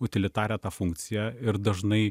utilitarią tą funkciją ir dažnai